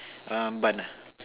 um bun ah